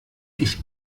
ich